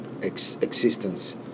existence